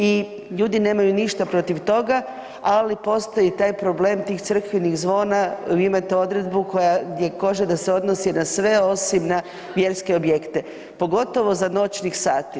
I ljudi nemaju ništa protiv toga, ali postoji taj problem tih crkvenih zvona, vi imate odredbu koja kaže da se odnosi na sve osim na vjerske objekte, pogotovo za noćnih sati.